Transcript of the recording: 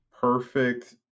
perfect